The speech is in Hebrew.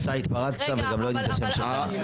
אתה התפרצת וגם לא יודעים את השם שלך.